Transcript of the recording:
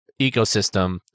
ecosystem